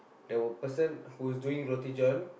the person who is doing Roti-John